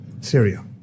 Syria